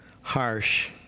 Harsh